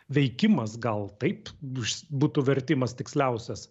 veikimas gal taip bus būtų vertimas tiksliausias